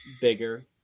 bigger